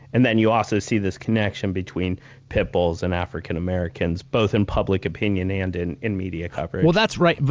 and then you also see this connection between pit bulls and african-americans, both in public opinion and in in media coverage. well, that's right.